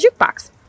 jukebox